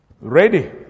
ready